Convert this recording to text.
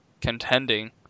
contending